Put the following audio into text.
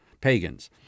Pagans